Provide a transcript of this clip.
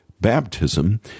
baptism